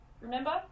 remember